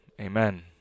amen